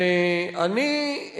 ואני,